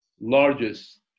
largest